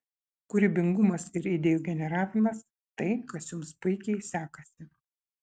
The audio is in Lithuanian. kūrybingumas ir idėjų generavimas tai kas jums puikiai sekasi